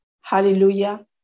hallelujah